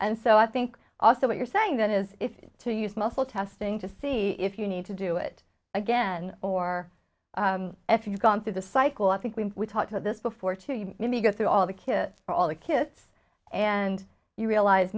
and so i think also what you're saying then is to use muscle testing to see if you need to do it again or if you've gone through the cycle i think when we talked about this before to you maybe go through all the kids for all the kids and you realize